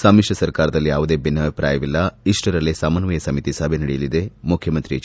ಸಮಿತ್ರ ಸರ್ಕಾರದಲ್ಲಿ ಯಾವುದೇ ಭಿನ್ನಾಭಿಪ್ರಾಯವಿಲ್ಲ ಇಷ್ಸರಲ್ಲೇ ಸಮನ್ನಯ ಸಮಿತಿ ಸಭೆ ನಡೆಯಲಿದೆ ಮುಖ್ವಮಂತ್ರಿ ಎಚ್